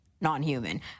non-human